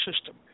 system